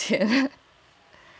什么都要钱